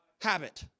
habit